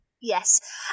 Yes